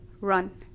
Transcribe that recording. run